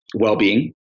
well-being